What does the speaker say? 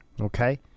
okay